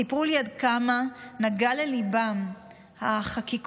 סיפרו לי עד כמה נגעו לליבם החקיקות,